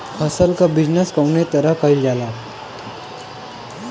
फसल क बिजनेस कउने तरह कईल जाला?